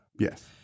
Yes